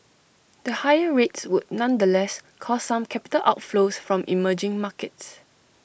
the higher rates would nonetheless cause some capital outflows from emerging markets